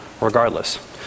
regardless